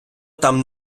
там